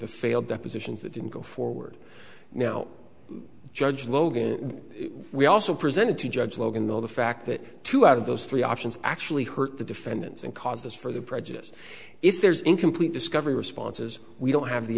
the failed depositions that didn't go forward now judge logan we also presented to judge logan though the fact that two out of those three options actually hurt the defendants and caused us further prejudice if there's incomplete discovery responses we don't have the